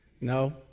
No